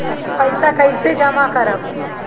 पैसा कईसे जामा करम?